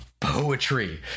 poetry